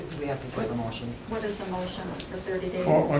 we have to play the motion. what is the motion, the thirty days?